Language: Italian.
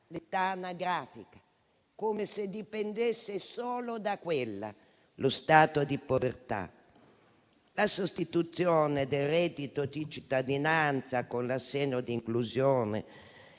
l'età anagrafica, come se dipendesse solo da quella lo stato di povertà. La sostituzione del reddito di cittadinanza con l'assegno di inclusione